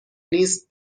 نیست